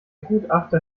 gutachter